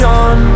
on